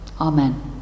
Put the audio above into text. Amen